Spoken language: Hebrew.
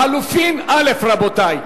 לחלופין (א), רבותי.